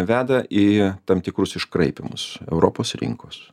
veda į tam tikrus iškraipymus europos rinkos